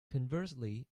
conversely